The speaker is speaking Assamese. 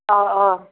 অঁ অঁ